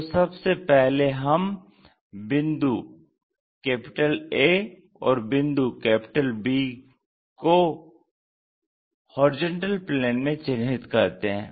तो सबसे पहले हम बिंदु A और बिंदु B को HP में चिन्हित करते हैं